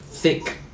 Thick